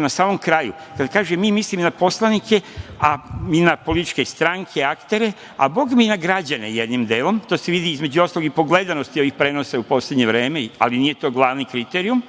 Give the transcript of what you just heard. na samom kraju, kad kažem mi, mislim na poslanike, a i na političke stranke, aktere, a Boga mi i na građane, jednim delom, to se vidi, između ostalog, i po gledanosti ovih prenosa u poslednje vreme, ali nije to glavni kriterijum,